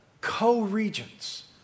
co-regents